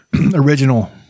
original